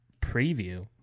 preview